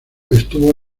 estuvo